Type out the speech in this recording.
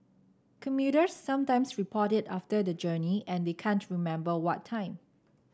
commuters sometimes report it after the journey and they can't remember what time